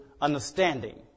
understanding